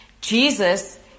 Jesus